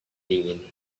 dingin